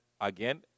again